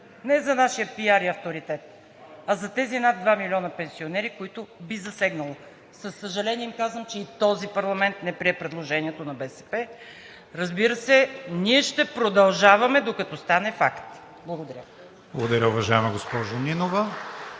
не за нашия пиар, и авторитет, а за тези над 2 милиона пенсионери, които би засегнало. Със съжаление, им казвам, че и този парламент не прие предложението на БСП. Разбира се, ние ще продължаваме докато стане факт. Благодаря. (Ръкопляскания от „БСП